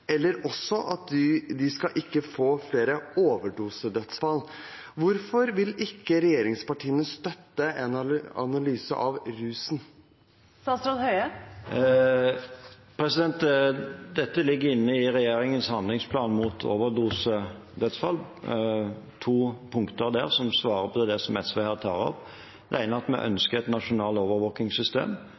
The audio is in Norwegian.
også for at vi ikke skal få flere overdosedødsfall. Hvorfor vil ikke regjeringspartiene støtte en analyse av rusmidler? Dette ligger inne i regjeringens handlingsplan mot overdosedødsfall. Det er to punkter der som svarer på det SV her tar opp. Det ene er at vi ønsker et nasjonalt